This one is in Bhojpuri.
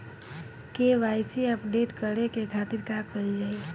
के.वाइ.सी अपडेट करे के खातिर का कइल जाइ?